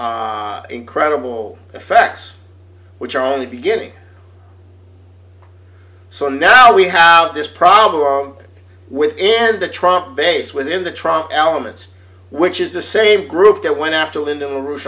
incredible effects which are only beginning so now we have this problem with end the trump base within the trump elements which is the same group that went after lyndon la ro